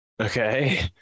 Okay